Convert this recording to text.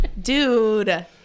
dude